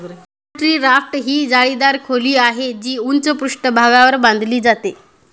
poultry raft ही जाळीदार खोली आहे, जी उंच पृष्ठभागावर बांधली जाते